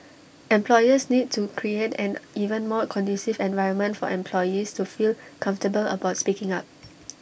employers need to create an even more conducive environment for employees to feel comfortable about speaking up